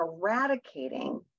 eradicating